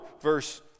verse